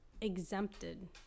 exempted